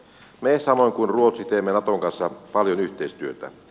me samoin kuin ruotsi teemme naton kanssa paljon yhteistyötä